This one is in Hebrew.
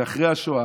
זה היה אחרי השואה,